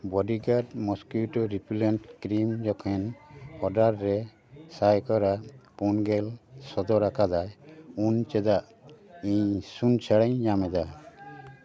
bodyguard mosquito repellent cream ᱡᱚᱠᱷᱮᱱ order ᱨᱮ ᱥᱟᱭ ᱠᱚᱲᱟ ᱯᱩᱱᱜᱮᱞ ᱥᱚᱫᱚᱨᱟᱠᱟᱫᱟᱭ ᱩᱱ ᱪᱮᱫᱟᱜ ᱤᱧ ᱥᱩᱱ ᱪᱷᱟᱲᱟᱧ ᱧᱟᱢᱮᱫᱟ